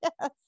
Yes